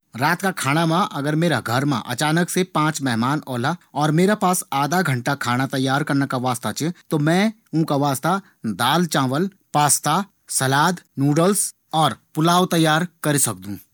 रात का खाणा मा अगर मेरा घर मा अचानक से पांच मेहमान ओला। और मेरा पास आधा घंटा खाणु तैयार करना का वास्ता च। त मैं ऊंका वास्ता दाल, चावल, पास्ता, सलाद, नूडल्स और पुलाव तैयार कर सकदु।